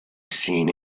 seen